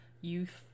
youth